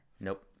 Nope